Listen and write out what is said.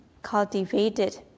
Cultivated